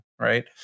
right